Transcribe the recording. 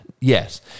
Yes